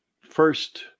first